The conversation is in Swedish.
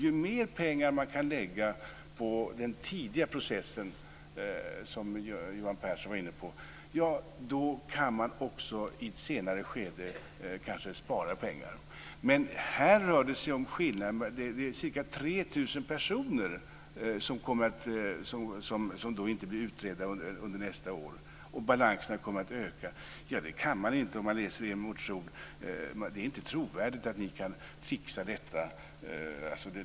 Ju mer pengar som kan läggas på den tidiga processen - som Johan Pehrson var inne på - desto mer pengar kan man spara i ett senare skede. Men här rör det sig om ca 3 000 personer som inte blir utredda under nästa år, och balanserna kommer att öka. Jag har läst er motion, och det är inte trovärdigt att ni kan fixa detta.